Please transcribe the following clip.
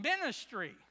ministry